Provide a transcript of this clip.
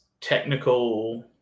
technical